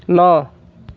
ন